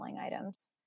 items